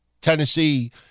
Tennessee